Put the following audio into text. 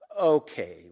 okay